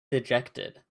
dejected